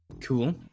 cool